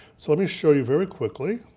so let me show you very quickly,